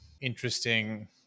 interesting